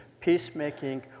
peacemaking